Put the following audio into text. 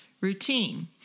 routine